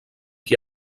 qui